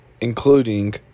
including